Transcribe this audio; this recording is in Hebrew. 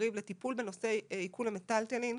קריב לטיפול בנושא עיקול מיטלטלין,